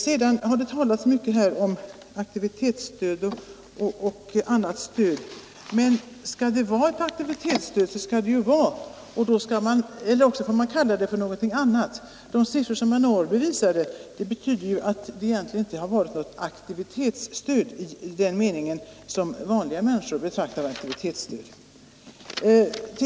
Det har här talats mycket om aktivitetsstöd och annat stöd. Men är det fråga om ett aktivitetsstöd, skall vi ordna ett sådant, eller också får man kalla det för någonting annat. De siffror som herr Norrby visar upp betyder, att det inte varit något aktivitetsstöd i den mening vanliga människor uppfattar ett sådant.